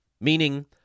Meaning